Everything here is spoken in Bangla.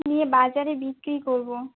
নিয়ে বাজারে বিক্রি করবো